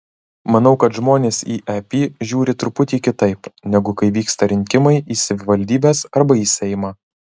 manau kad žmonės į ep žiūri truputį kitaip negu kai vyksta rinkimai į savivaldybes arba į seimą